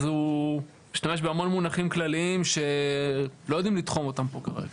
אז הוא משתמש בהמון מונחים כלליים שלא יודעים לתחום אותם פה כרגע.